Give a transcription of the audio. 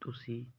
ਤੁਸੀਂ